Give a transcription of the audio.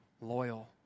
loyal